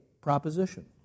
proposition